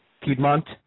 Piedmont